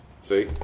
See